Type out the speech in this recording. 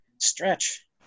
stretch